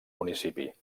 municipi